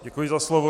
Děkuji za slovo.